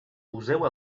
poseu